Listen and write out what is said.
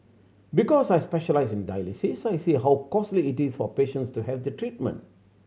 because I specialise in dialysis I see how costly it is for patients to have the treatment